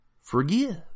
forgive